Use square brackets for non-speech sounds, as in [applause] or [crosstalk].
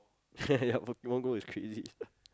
[laughs] ya Pokemon Go is crazy